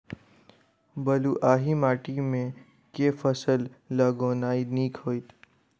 बलुआही माटि मे केँ फसल लगेनाइ नीक होइत?